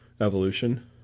evolution